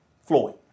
Floyd